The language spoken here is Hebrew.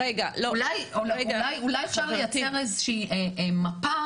אולי אפשר לייצר איזושהי מפה